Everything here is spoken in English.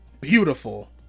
beautiful